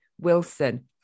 Wilson